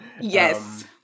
yes